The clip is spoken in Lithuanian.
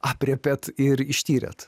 aprėpėt ir ištyrėt